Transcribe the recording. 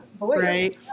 right